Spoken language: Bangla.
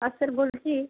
আর স্যার বলছি